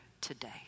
today